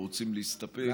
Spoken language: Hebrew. או רוצים להסתפק,